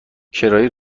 کرایه